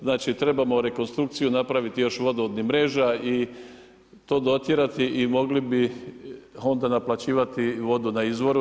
Znači, trebamo rekonstrukciju napraviti, još vodovodnih mreža i to dotjerati i mogli bi onda naplaćivati vodu na izvoru.